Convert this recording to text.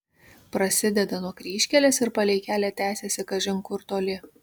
prasideda nuo kryžkelės ir palei kelią tęsiasi kažin kur toli